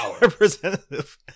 representative